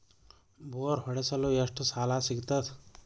Bore ಹೊಡೆಸಲು ಎಷ್ಟು ಸಾಲ ಸಿಗತದ?